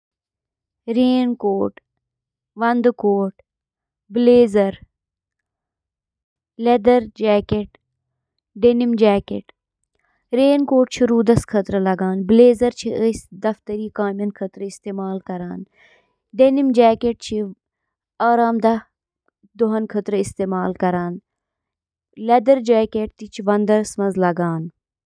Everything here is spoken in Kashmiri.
yریفریجریٹر چھِ فرج کِس أنٛدرِمِس حصہٕ پٮ۪ٹھ گرمی ہٹاونہٕ خٲطرٕ ریفریجرنٹُک بند نظام استعمال کٔرِتھ کٲم کران، یُس کھٮ۪ن تازٕ تھاوان چھُ: